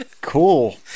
cool